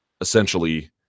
essentially